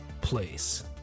place